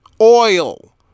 oil